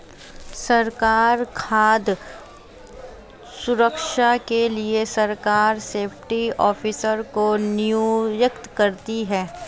सरकार खाद्य सुरक्षा के लिए सरकार सेफ्टी ऑफिसर को नियुक्त करती है